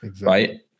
right